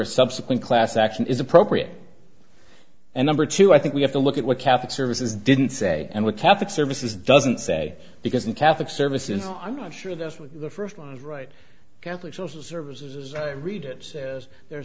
a subsequent class action is appropriate and number two i think we have to look at what catholic services didn't say and what catholic services doesn't say because in catholic services i'm not sure that's what the first line of right catholic social services i read it says there are